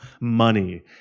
money